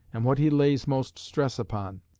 and what he lays most stress upon.